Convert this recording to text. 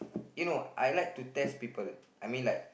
you know I like to test people I mean like